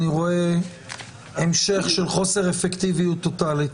אני רואה המשך של חוסר אפקטיביות טוטאלית.